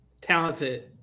talented